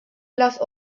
las